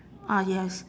ah yes